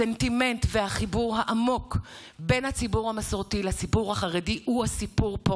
הסנטימנט והחיבור העמוק בין הציבור המסורתי לציבור החרדי הוא הסיפור פה.